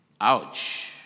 Ouch